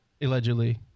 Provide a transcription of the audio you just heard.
allegedly